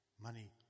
money